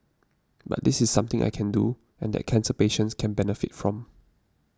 but this is something I can do and that cancer patients can benefit from